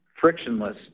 frictionless